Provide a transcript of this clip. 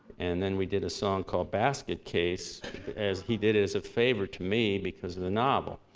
and then we did a song called basket case as he did as a favor to me because of a novel.